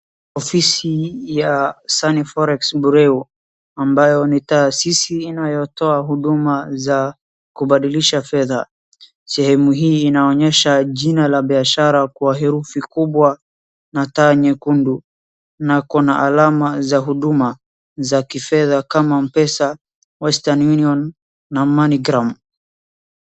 Ofisi ya Sunny Forex Bureau ambayo ni taasisi inayotoa huduma za kubadilisha fedha. Sehemu hii inaonyesha jina la biashara kwa herufi kubwa na taa nyekundu na kuna alama za huduma za kifedha kama M-Pesa, Western Union , na MoneyGram .